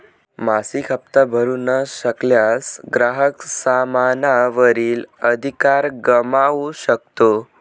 मासिक हप्ता भरू न शकल्यास, ग्राहक सामाना वरील अधिकार गमावू शकतो